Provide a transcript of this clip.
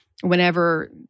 whenever